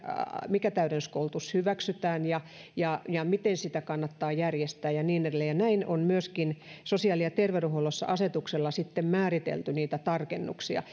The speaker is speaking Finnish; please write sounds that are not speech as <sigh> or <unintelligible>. mikä täydennyskoulutus hyväksytään ja ja miten sitä kannattaa järjestää ja niin edelleen ja näin on myöskin sosiaali ja terveydenhuollossa asetuksella sitten määritelty niitä tarkennuksia <unintelligible>